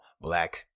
black